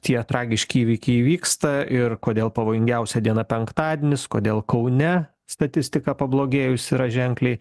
tie tragiški įvykiai įvyksta ir kodėl pavojingiausia diena penktadienis kodėl kaune statistika pablogėjusi yra ženkliai